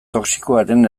toxikoaren